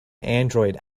android